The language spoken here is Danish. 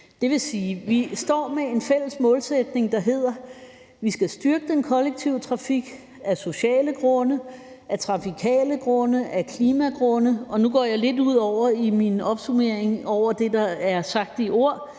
Det vil sige, at vi står med en fælles målsætning, der handler om, at vi skal styrke den kollektive trafik af sociale grunde, af trafikale grunde og af klimamæssige grunde. Nu går jeg lidt ud over det, jeg sagde i min opsummering, altså ud over det, der er sagt i ord,